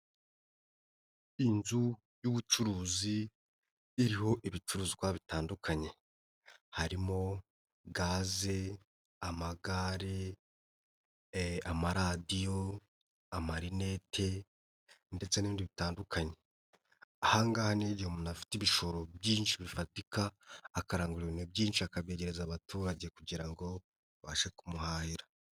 Inzu y'ubucuruzi iriho ibicuruzwa bitandukanye. Harimo gaze, amagare, amaradiyo, amarinete ndetse n'ibindi bitandukanye. Aha ngaha ni nk'igihe umuntu afite ibishoro byinshi bifatika, akarangura ibintu byinshi akabyegereza abaturage kugira ngo abashe kumuhahira.